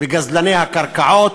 וגזלני הקרקעות,